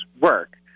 work